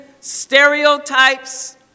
stereotypes